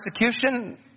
Persecution